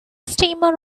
streamer